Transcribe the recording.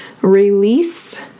release